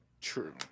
true